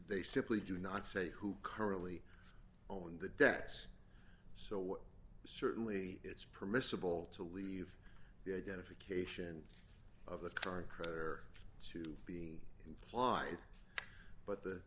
they simply do not say who currently own the debts so certainly it's permissible to leave the identification of the current creditor to being implied but the